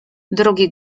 drugi